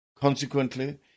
Consequently